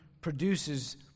produces